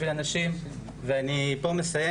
בשביל הנשים ואני פה מסיים,